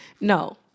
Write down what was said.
No